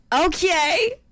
Okay